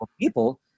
people